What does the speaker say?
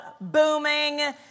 booming